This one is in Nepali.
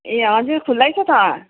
ए हजुर खुल्लै छ त